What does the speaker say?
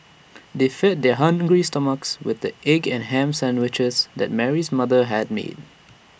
they fed their hungry stomachs with the egg and Ham Sandwiches that Mary's mother had made